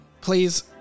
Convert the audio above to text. please